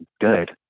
good